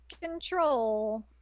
control